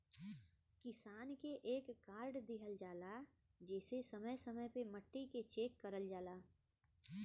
किसान के एक कार्ड दिहल जाला जेसे समय समय पे मट्टी के चेक करल जाला